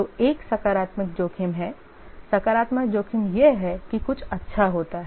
तो एक सकारात्मक जोखिम है सकारात्मक जोखिम यह है कि कुछ अच्छा होता है